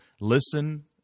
listen